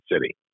city